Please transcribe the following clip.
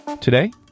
Today